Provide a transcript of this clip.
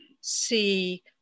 see